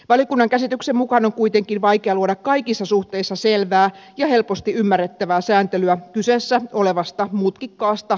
valiokunnan käsityksen mukaan on kuitenkin vaikea luoda kaikissa suhteissa selvää ja helposti ymmärrettävää sääntelyä kyseessä olevasta mutkikkaasta kokonaisuudesta